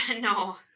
No